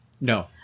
No